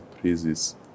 praises